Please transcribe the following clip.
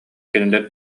кинилэр